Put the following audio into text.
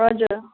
हजुर